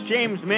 James